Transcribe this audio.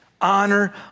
Honor